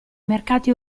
mercati